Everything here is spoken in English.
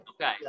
Okay